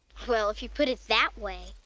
well, if you put it that way.